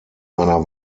einer